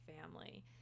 family